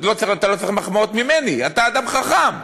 אתה לא צריך מחמאות ממני, אתה אדם חכם.